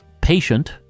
patient